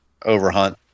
overhunt